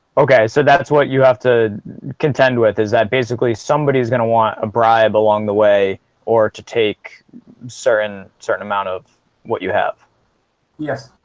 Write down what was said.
okay, so that's what you have to contend with is that basically somebody's gonna want a bribe along the way or to take certain certain amount of what you have yes